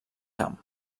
camp